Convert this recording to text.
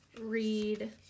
read